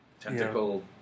Tentacle